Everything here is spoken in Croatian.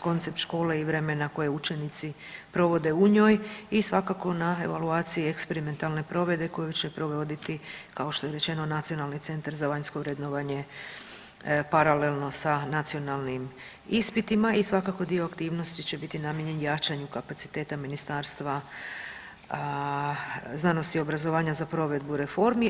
koncept škole i vremena koje učenici provode u njoj i svakako na evaluaciji eksperimentalne provedbe koju će provodit kao što je rečeno Nacionalni centar za vanjsko vrednovanje paralelno sa nacionalnim ispitima i svakako dio aktivnosti će biti namijenjen jačanju kapaciteta Ministarstva znanosti i obrazovanja za provedbu reformi.